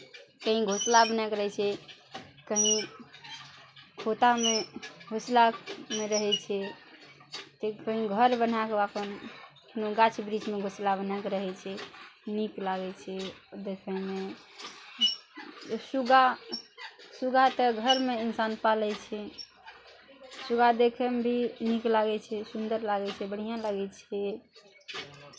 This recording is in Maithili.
कहीँ घोँसला बना कऽ रहै छै कहीँ खोतामे घोँसलामे रहै छै तऽ कहीँ घर बना कऽ अपन कोनो गाछ वृक्षमे घोँसला बना कऽ रहै छै नीक लागै छै देखयमे सुग्गा सुग्गा तऽ घरमे इनसान पालै छै सुग्गा देखयमे भी नीक लागै छै सुन्दर लागै छै बढ़िआँ लागै छै